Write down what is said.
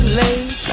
late